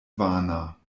vana